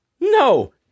No